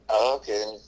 okay